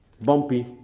bumpy